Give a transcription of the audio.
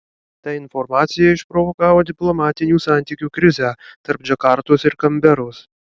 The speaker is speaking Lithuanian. ta informacija išprovokavo diplomatinių santykių krizę tarp džakartos ir kanberos